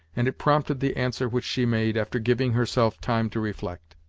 and it prompted the answer which she made, after giving herself time to reflect.